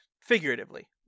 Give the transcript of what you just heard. Figuratively